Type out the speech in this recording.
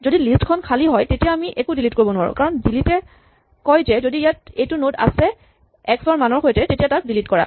যদি লিষ্ট খন খালী হয় তেতিয়া আমি একো ডিলিট কৰিব নোৱাৰো কাৰণ ডিলিট এ কয় যে যদি ইয়াত এইটো নড আছে এক্স মানৰ সৈতে তেতিয়া তাক ডিলিট কৰা